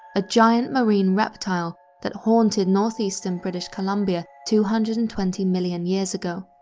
a giant marine reptile that haunted northeastern british columbia two hundred and twenty million years ago